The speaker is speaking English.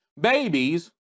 babies